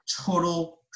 total